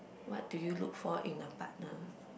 what do you look for in a partner